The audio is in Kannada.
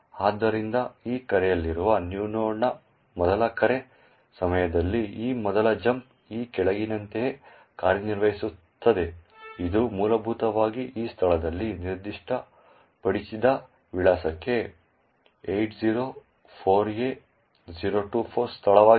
ಆದ್ದರಿಂದ ಈ ಕರೆಯಲ್ಲಿರುವ new node ನ ಮೊದಲ ಕರೆ ಸಮಯದಲ್ಲಿ ಈ ಮೊದಲ ಜಂಪ್ ಈ ಕೆಳಗಿನಂತೆ ಕಾರ್ಯನಿರ್ವಹಿಸುತ್ತದೆ ಇದು ಮೂಲಭೂತವಾಗಿ ಈ ಸ್ಥಳದಲ್ಲಿ ನಿರ್ದಿಷ್ಟಪಡಿಸಿದ ವಿಳಾಸಕ್ಕೆ 804A024 ಸ್ಥಳವಾಗಿದೆ